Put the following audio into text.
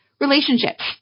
Relationships